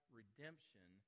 redemption